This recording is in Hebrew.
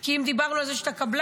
כי אם דיברנו על זה שאתה קבלן,